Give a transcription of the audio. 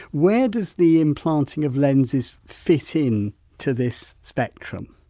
where does the implanting of lenses fit in to this spectrum?